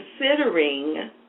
considering